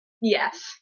Yes